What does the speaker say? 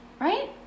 Right